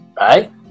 right